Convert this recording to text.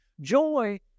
Joy